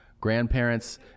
grandparents